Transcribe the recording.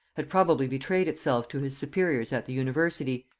had probably betrayed itself to his superiors at the university,